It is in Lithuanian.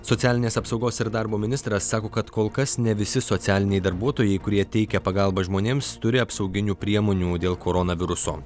socialinės apsaugos ir darbo ministras sako kad kol kas ne visi socialiniai darbuotojai kurie teikia pagalbą žmonėms turi apsauginių priemonių dėl koronaviruso